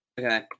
Okay